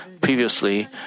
Previously